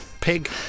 pig